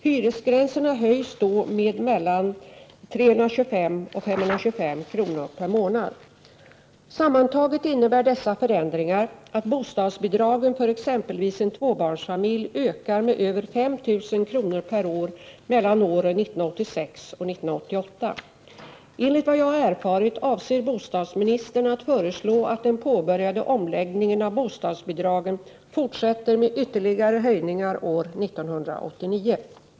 Hyresgränserna höjs då med mellan 325 och 525 kr. per månad. Sammantaget innebär dessa förändringar att bostadsbidragen för exempelvis en tvåbarnsfamilj ökar med över 5 000 kr. per år mellan åren 1986 och 1988. Enligt vad jag har erfarit avser bostadsministern att föreslå att den påbörjade omläggningen av bostadsbidragen fortsätter med ytterligare höjningar år 1989.